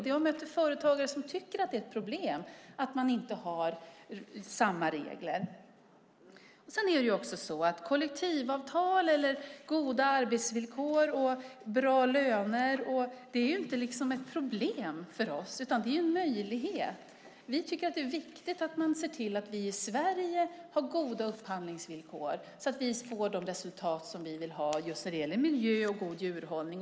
Jag möter företagare som tycker att det är ett problem när det inte är fråga om samma regler. Kollektivavtal, goda arbetsvillkor och bra löner är inte ett problem för oss, utan det är en möjlighet. Vi tycker att det är viktigt att man ser till att vi i Sverige har goda upphandlingsvillkor så att vi får de resultat som vi vill ha just när det gäller miljö och god djurhållning.